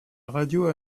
radio